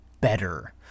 better